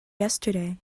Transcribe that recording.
yesterday